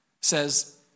says